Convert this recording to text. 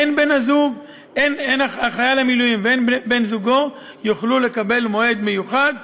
הן חייל המילואים והן בן זוגו יוכלו לקבל מועד מיוחד.